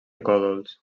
còdols